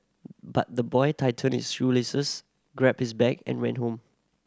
but the boy tightened his shoelaces grabbed his bag and rant home